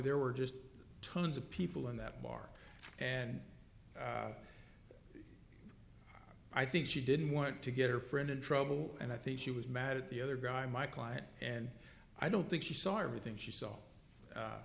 there were just tons of people in that bar and i think she didn't want to get her friend in trouble and i think she was mad at the other guy my client and i don't think she saw everything she